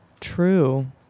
true